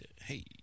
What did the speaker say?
Hey